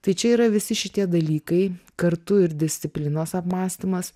tai čia yra visi šitie dalykai kartu ir disciplinos apmąstymas